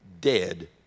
dead